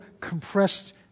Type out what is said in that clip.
compressed